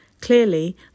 clearly